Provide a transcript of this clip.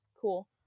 cool